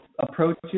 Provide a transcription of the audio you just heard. approaches